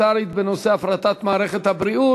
אלחוטית במוסדות ממשלתיים וגופים ציבוריים לציבור הרחב,